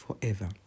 forever